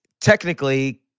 technically